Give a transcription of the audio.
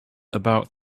about